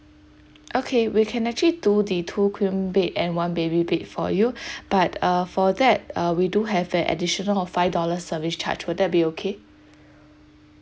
okay we can actually do the two queen bed and one baby bed for you but uh for that uh we do have an additional of five dollar service charge will that be okay